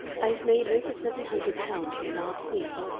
i have made over seven hundred pounds in the last week,